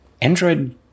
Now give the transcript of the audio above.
Android